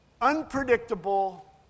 unpredictable